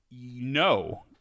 No